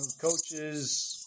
coaches